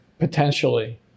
Potentially